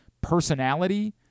personality